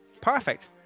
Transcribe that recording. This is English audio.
perfect